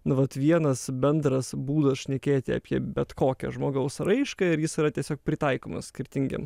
nu vat vienas bendras būdas šnekėti apie bet kokią žmogaus raišką ir jis yra tiesiog pritaikomas skirtingiem